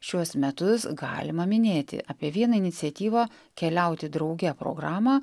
šiuos metus galima minėti apie vieną iniciatyvą keliauti drauge programą